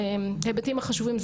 יש דברים שלא קשורים לגוגל,